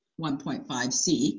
1.5C